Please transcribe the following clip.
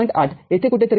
८ येथे कुठेतरी आहे